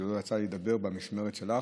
ועוד לא יצא לי לדבר במשמרת שלך.